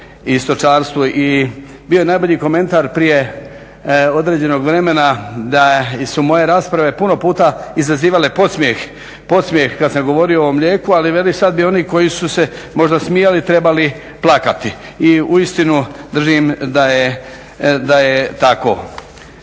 stočarstvu. I bio je najbolji komentar prije određenog vremena da su moje rasprave puno puta izazivale podsmjeh kada sam govorio o mlijeku ali veli sada bi oni koji su se možda smijali trebali plakati. I u istinu držim da je tako.